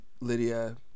Lydia